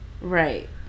right